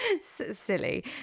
silly